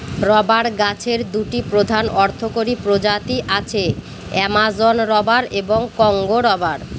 rubber গাছের দুটি প্রধান অর্থকরী প্রজাতি আছে, অ্যামাজন রবার এবং কংগো রবার